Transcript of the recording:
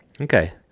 Okay